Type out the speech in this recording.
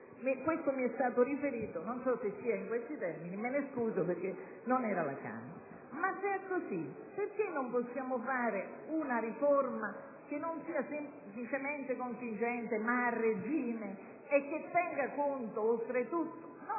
quanto mi è stato riferito, non so se sia in questi termini, e me ne scuso, perché non ero alla Camera; ma se così è, signor Ministro, perché non possiamo fare una riforma che non sia semplicemente contingente ma a regime e che tenga conto oltretutto